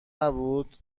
نبود